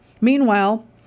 Meanwhile